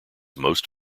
most